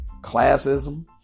classism